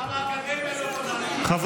גם כשהוא חל על שיקולים צבאיים ומקצועיים ואחרים,